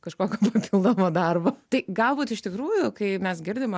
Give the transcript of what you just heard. kažkokio papildomo darbo tai galbūt iš tikrųjų kai mes girdima